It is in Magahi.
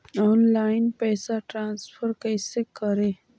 ऑनलाइन पैसा ट्रांसफर कैसे करे?